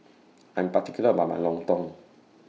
I'm particular about My Lontong